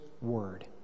word